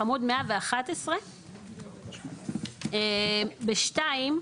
עמוד 111. ב-(2)